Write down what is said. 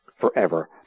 forever